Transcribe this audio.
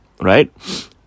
right